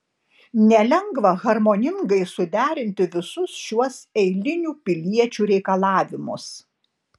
nelengva harmoningai suderinti visus šiuos eilinių piliečių reikalavimus